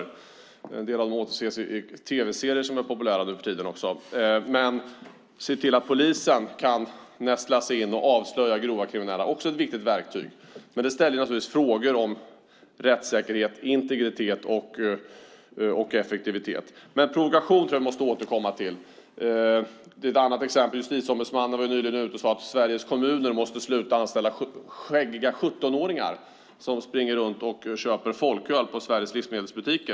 En del av dem återses i tv-serier som är populära nu för tiden. Att se till att polisen kan nästla sig in och avslöja grovt kriminella är också ett viktigt verktyg, men det väcker naturligtvis frågor om rättssäkerhet, integritet och effektivitet. Provokation tror jag att vi måste återkomma till. Ett annat exempel är att Justitieombudsmannen nyligen sade att Sveriges kommuner måste sluta anställa skäggiga 17-åringar som springer runt och köper folköl i Sveriges livsmedelsbutiker.